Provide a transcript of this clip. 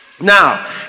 Now